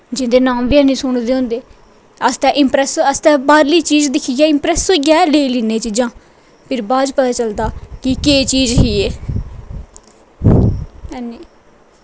जिन्दे नांऽ बी ऐनी सुने दे होंदे अस ते इंप्रैस होने इंप्रैस होईयै लेई लैन्ने बाह्रली चीजां फिर बाद च पता चलदा केह् चीज ही एह् हैनी